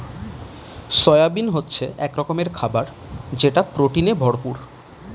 soybean হচ্ছে এক রকমের খাবার যেটা প্রোটিনে ভরপুর